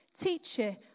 Teacher